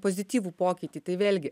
pozityvų pokytį tai vėlgi